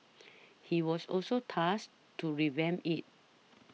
he was also tasked to revamp it